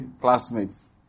classmates